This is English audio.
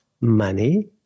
money